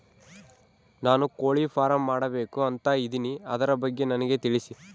ನಾನು ಕೋಳಿ ಫಾರಂ ಮಾಡಬೇಕು ಅಂತ ಇದಿನಿ ಅದರ ಬಗ್ಗೆ ನನಗೆ ತಿಳಿಸಿ?